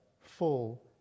full